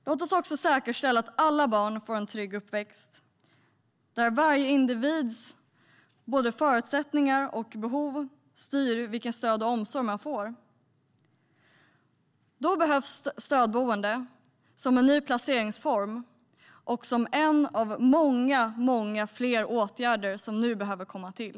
Låt oss också säkerställa att alla barn får en trygg uppväxt, där varje individs förutsättningar och behov styr vilket stöd och vilken omsorg man får! Då behövs stödboende, som är en ny placeringsform och som är en av många fler åtgärder som nu behöver komma till.